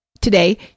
today